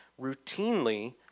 routinely